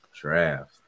draft